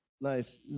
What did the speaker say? Nice